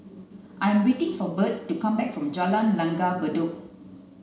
I am waiting for Bert to come back from Jalan Langgar Bedok